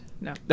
No